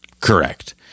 correct